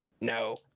No